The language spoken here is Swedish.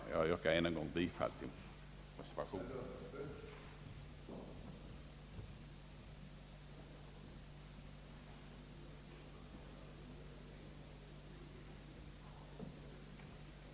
Jag yrkar än en gång bifall till reservationerna.